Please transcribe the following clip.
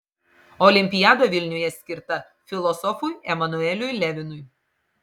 olimpiada vilniuje skirta filosofui emanueliui levinui